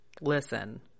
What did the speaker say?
listen